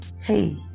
hey